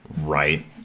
Right